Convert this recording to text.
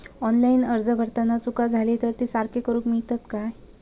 Online अर्ज भरताना चुका जाले तर ते सारके करुक मेळतत काय?